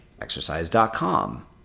exercise.com